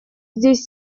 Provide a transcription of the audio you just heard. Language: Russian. здесь